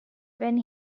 when